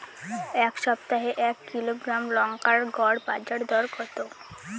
এই সপ্তাহে এক কিলোগ্রাম লঙ্কার গড় বাজার দর কত?